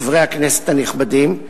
חברי הכנסת הנכבדים,